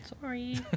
Sorry